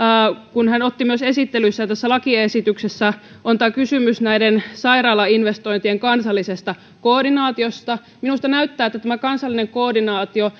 kun hän otti esiin myös esittelyssään sen mikä tässä lakiesityksessä on tämän kysymyksen näiden sairaalainvestointien kansallisesta koordinaatiosta minusta näyttää että tämä kansallinen koordinaatio